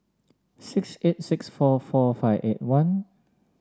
six eight six four four five eight one